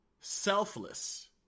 selfless